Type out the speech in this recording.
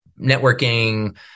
networking